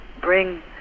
bring